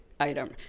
item